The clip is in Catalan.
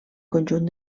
conjunt